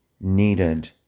needed